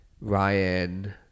Ryan